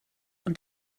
und